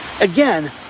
again